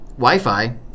Wi-Fi